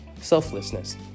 selflessness